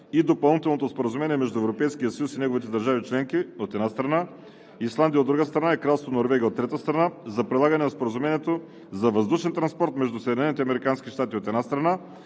на Допълнителното споразумение между Европейския съюз и неговите държави членки, от една страна, Исландия, от друга страна, и Кралство Норвегия, от трета страна, за прилагане на Споразумението за въздушен транспорт между Съединените